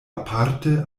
aparte